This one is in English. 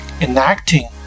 enacting